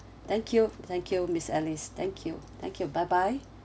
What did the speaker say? thank you thank you miss alice thank you thank you bye bye